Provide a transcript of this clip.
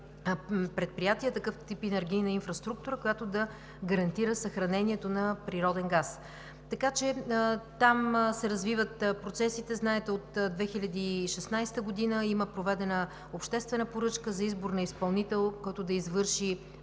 предприятия, такъв тип енергийна инфраструктура, която да гарантира съхранението на природен газ. Така че там се развиват процесите. Знаете от 2016 г. има проведена обществена поръчка за избор на изпълнител, който да извърши